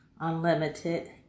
Unlimited